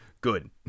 good